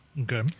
Okay